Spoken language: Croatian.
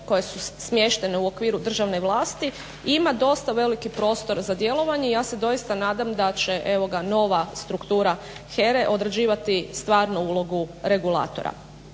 koje su smještene u okviru državne vlasti ima dosta veliki prostor za djelovanje. I ja se doista nadam da će evo ga nova struktura HERA odrađivati stvarnu ulogu regulatora.